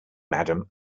madam